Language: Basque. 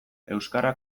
euskara